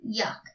Yuck